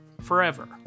forever